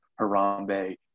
Harambe